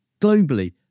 Globally